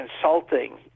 consulting